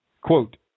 Quote